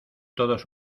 todos